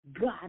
God